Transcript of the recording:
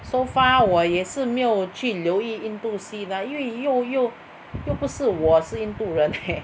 so far 我也没有去留意印度戏 lah 因为又又又不是我是印度人 eh